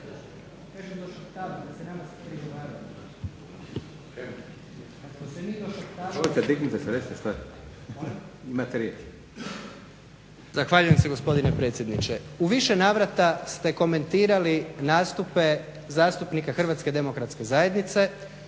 Zahvaljujem se gospodine predsjedniče. U više navrata ste komentirali nastupe zastupnika Hrvatske demokratske zajednice,